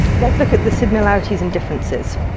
let's look at the similarities and differences.